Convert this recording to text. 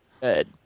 good